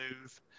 move